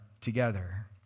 together